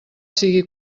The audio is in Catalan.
sigui